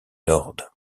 lords